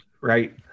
right